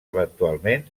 eventualment